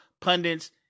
pundits